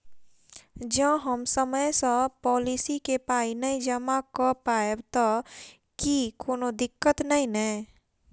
जँ हम समय सअ पोलिसी केँ पाई नै जमा कऽ पायब तऽ की कोनो दिक्कत नै नै?